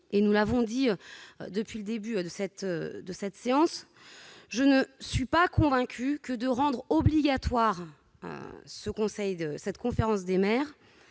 groupe le répète depuis le début de cette séance, je ne suis pas convaincue que rendre obligatoire la conférence des maires